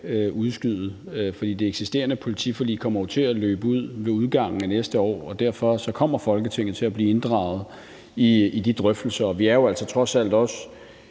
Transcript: udskyde, for det eksisterende politiforlig kommer jo til at løbe ud ved udgangen af næste år, og derfor kommer Folketinget til at blive inddraget i de drøftelser, og vi er jo altså trods alt også